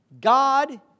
God